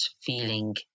feeling